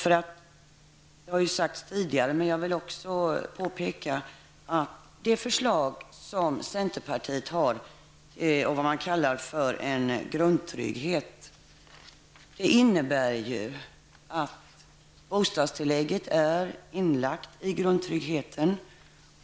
Det har sagts tidigare, men jag vill också påpeka att centerpartiets förslag innebär att bostadstillägget är inlagt i vad man kallar grundtryggheten.